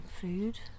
food